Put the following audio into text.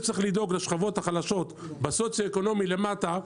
העובדה שצריך לדאוג לשכבות החלשות בסוציו-אקונומי למטה,